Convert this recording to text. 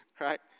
right